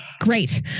Great